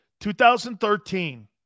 2013